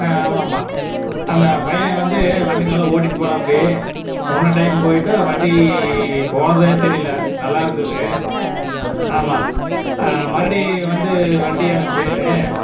ஆ ஆமாம் ஆமாம் அந்த பையன் வந்து வண்டி நல்லா ஓடிகிட்டு போனாப்புடி சொன்ன டைம் போயிவிட்டு வண்டி போனதாகவே தெரியிலை நல்லாயிருந்துது ஆமாம் மறுபடி வந்து வண்டி எனக்கு வேணும்